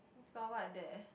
got what there